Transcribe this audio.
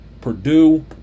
Purdue